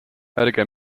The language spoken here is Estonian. ärge